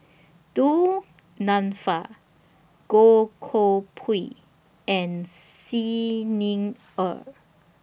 Du Nanfa Goh Koh Pui and Xi Ni Er